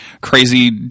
crazy